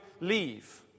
leave